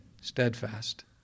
steadfast